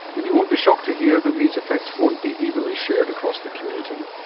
and you won't be shocked to hear that these effects won't be evenly shared across the community,